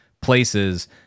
places